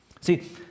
See